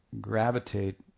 gravitate